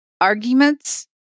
arguments